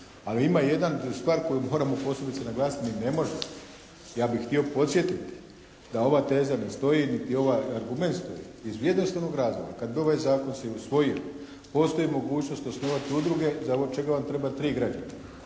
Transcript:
Ali ima jedna stvar koju moramo posebice naglasiti. Ni ne možemo. Ja bih htio podsjetiti da ova teza ne stoji niti ovaj argument stoji. Iz jednostavnog razloga kad bi ovaj zakon se i usvojio postoji mogućnost osnovati udruge za ovo, čega vam treba 3 građana.